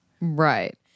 Right